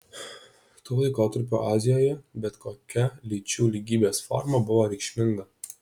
tuo laikotarpiu azijoje bet kokia lyčių lygybės forma buvo reikšminga